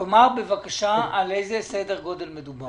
תאמר בבקשה על איזה סדר גודל מדובר?